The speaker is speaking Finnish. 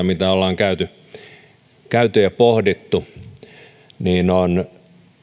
mitä ollaan käyty käyty ja pohdittu on